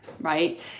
right